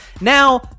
Now